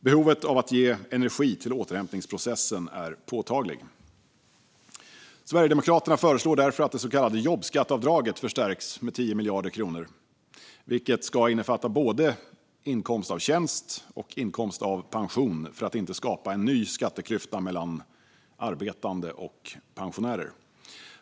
Behovet av att ge energi till återhämtningsprocessen är påtagligt. Sverigedemokraterna föreslår därför att det så kallade jobbskatteavdraget förstärks med 10 miljarder kronor. Det ska innefatta både inkomst av tjänst och inkomst av pension för att inte skapa en ny skatteklyfta mellan arbetande och pensionärer.